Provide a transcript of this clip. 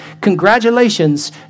congratulations